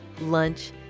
Lunch